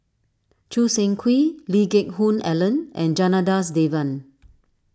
Choo Seng Quee Lee Geck Hoon Ellen and Janadas Devan